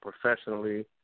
professionally